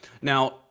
Now